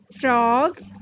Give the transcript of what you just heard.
frog